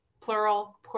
plural